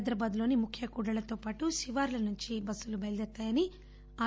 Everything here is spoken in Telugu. హైదరాబాద్లోని ముఖ్య కూడళ్లతోపాటు శివార్ల నుంచి బస్సులు బయల్దేరతాయని ఆర్